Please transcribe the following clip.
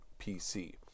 PC